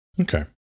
Okay